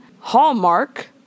hallmark